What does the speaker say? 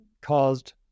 caused